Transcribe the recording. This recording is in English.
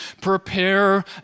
prepare